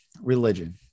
religion